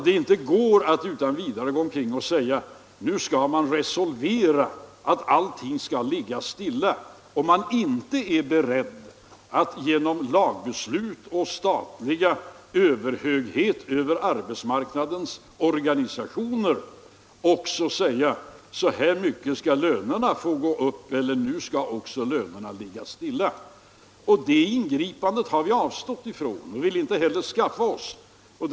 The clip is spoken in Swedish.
Det går inte utan vidare att resonera som så att allting skall ligga stilla, om man inte är beredd att genom lag eller statlig överhöghet över arbetsmarknadens organisationer bestämma, att så här mycket skall lönerna få gå upp eller ner eller att lönerna skall ligga stilla. Det ingripandet har vi avstått ifrån, och vi vill inte heller göra sådana ingrepp.